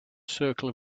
circle